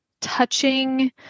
touching